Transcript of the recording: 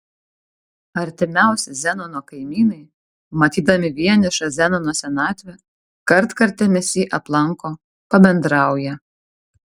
artimiausi zenono kaimynai matydami vienišą zenono senatvę kartkartėmis jį aplanko pabendrauja